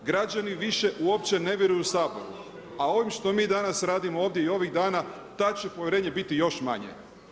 Građani više uopće ne vjeruju Saboru, a ovo što mi danas radiom ovdje i ovih dana, tad će povjerenje biti još manje.